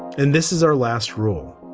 and this is our last rule.